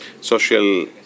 social